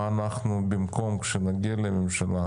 כשאנחנו נגיע לממשלה